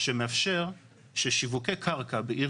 שמאפשר ששיווקי קרקע בעיר